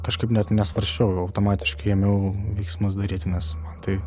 kažkaip net nesvarsčiau automatiškai ėmiau veiksmus daryti nes man tai